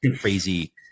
crazy